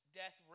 death